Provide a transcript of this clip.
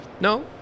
no